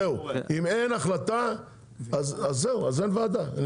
זהו, אם אין החלטה אז זהו, אין ועדה.